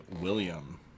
william